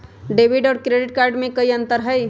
Debit और credit card में कई अंतर हई?